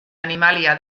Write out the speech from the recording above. animalia